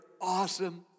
awesome